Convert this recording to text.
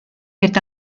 est